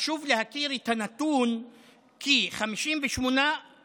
חשוב להכיר את הנתון כי 58%,